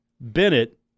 Bennett